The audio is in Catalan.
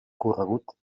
corregut